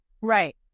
Right